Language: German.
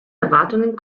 erwartungen